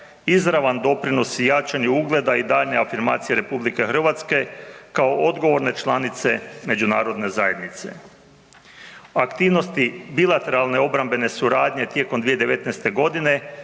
izravan doprinos jačanju ugleda i daljnje afirmacije RH, kao odgovorne članice međunarodne zajednice. Aktivnosti bilateralne obrambene suradnje tijekom 2019. g. bile